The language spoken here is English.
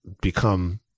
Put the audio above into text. become